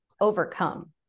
overcome